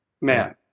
Man